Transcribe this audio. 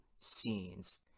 scenes